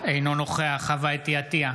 אינו נוכח חוה אתי עטייה,